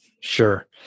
Sure